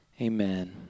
Amen